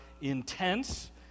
intense